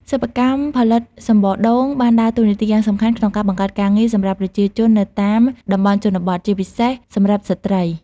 សិប្បកម្មផលិតសំបកដូងបានដើរតួនាទីយ៉ាងសំខាន់ក្នុងការ បង្កើតការងារ សម្រាប់ប្រជាជននៅតាមតំបន់ជនបទ ជាពិសេសសម្រាប់ស្ត្រី។